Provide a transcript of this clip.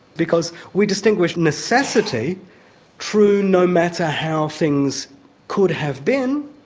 because we distinguish necessity true no matter how things could have been,